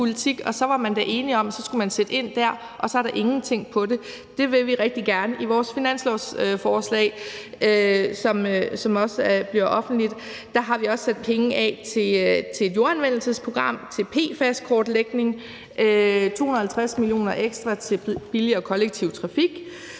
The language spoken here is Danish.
og så var man da enige om, at man skulle sætte ind der, og så er der ingenting om det. Det vil vi rigtig gerne. I vores finanslovsforslag, som også bliver offentligt, har vi sat penge af til et jordanvendelsesprogram, til PFAS-kortlægning, 250 mio. kr. ekstra til billigere kollektiv trafik,